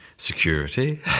Security